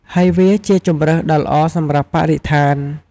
ហើយវាជាជម្រើសដ៏ល្អសម្រាប់បរិស្ថាន។